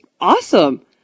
awesome